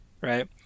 right